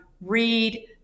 read